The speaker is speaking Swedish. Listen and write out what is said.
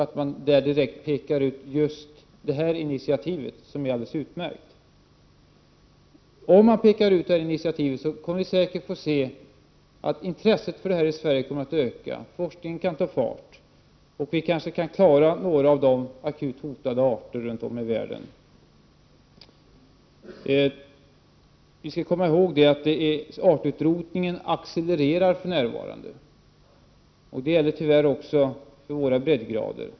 Dessutom framhålls det aktuella initiativet i reservationen, vilket är alldeles utmärkt. Om detta initiativ framhålls, kommer intresset i Sverige för dessa saker säkert att öka. Forskningen kan ta fart. Dessutom kan vi kanske rädda några av de runt om i världen akut hotade arterna. Artutrotningen accelererar för närvarande. Det gäller, tyvärr, också på våra breddgrader.